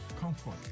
comfort